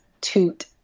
toot